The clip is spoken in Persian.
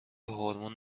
هورمون